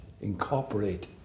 incorporate